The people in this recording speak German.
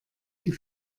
die